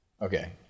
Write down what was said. Okay